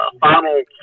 final